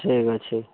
ଠିକ୍ ଅଛି